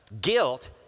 guilt